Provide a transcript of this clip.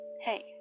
Hey